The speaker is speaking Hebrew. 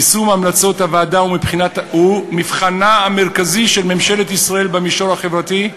יישום המלצות הוועדה הוא מבחנה המרכזי של ממשלת ישראל במישור החברתי,